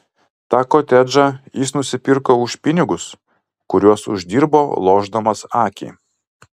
tą kotedžą jis nusipirko už pinigus kuriuos uždirbo lošdamas akį